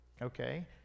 Okay